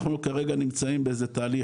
אנחנו כרגע נמצאים באיזה תהליך,